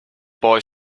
boy